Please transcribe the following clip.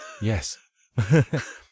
Yes